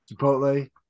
Chipotle